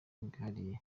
bwihariye